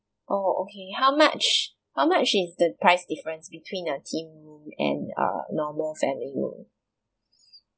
oh okay how much how much is the price difference between the themed room and uh normal family room